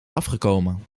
afgekomen